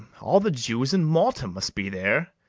all the jews in malta must be there!